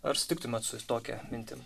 ar sutiktumėte su tokia mintim